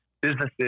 businesses